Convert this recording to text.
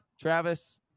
Travis